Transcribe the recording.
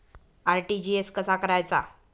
RTGS कसा करायचा?